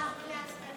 השונים ראויה